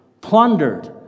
plundered